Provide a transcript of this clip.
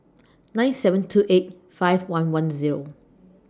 nine seven two eight five one one Zero